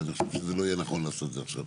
ואני חושב שזה לא יהיה נכון לעשות את זה עכשיו.